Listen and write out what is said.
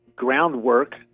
Groundwork